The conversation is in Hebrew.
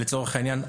לצורך העניין,